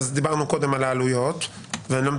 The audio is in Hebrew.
דיברנו קודם על העליות וכולי,